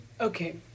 okay